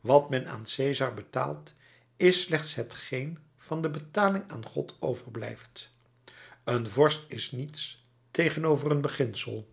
wat men aan cesar betaald is slechts hetgeen van de betaling aan god overblijft een vorst is niets tegenover een beginsel